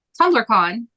TumblrCon